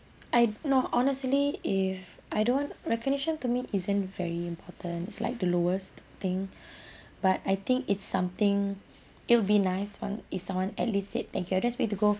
I no honestly if I don't want recognition to me isn't very important it's like the lowest thing but I think it's something it'll be nice one if someone at least said thank you just need to go